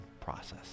process